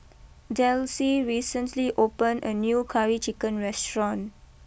Delcie recently opened a new Curry Chicken restaurant